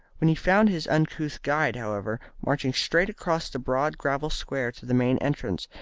when he found his uncouth guide, however, marching straight across the broad, gravel square to the main entrance,